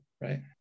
right